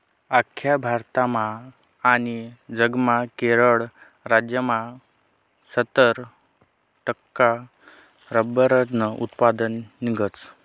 आख्खा भारतमा आनी जगमा केरळ राज्यमा सत्तर टक्का रब्बरनं उत्पन्न निंघस